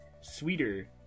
sweeter